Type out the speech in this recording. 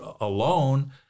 alone